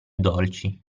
dolci